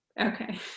okay